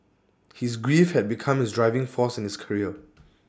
his grief had become his driving force in his career